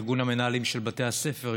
ארגון המנהלים של בתי הספר,